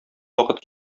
вакыт